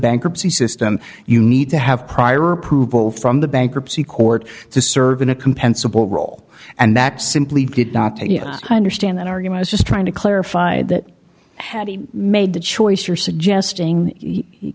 bankruptcy system you need to have prior approval from the bankruptcy court to serve in a compensable role and that simply could not understand that argument is just trying to clarify that had he made the choice you're suggesting he